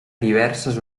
diverses